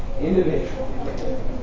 individual